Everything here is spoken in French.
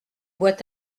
boit